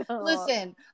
listen